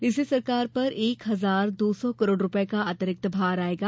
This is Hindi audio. इससे सरकार पर एक हजार दो सौ करोड़ रूपये का अतिरिक्त भार आयेगा